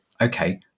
okay